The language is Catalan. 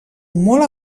molt